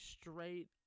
straight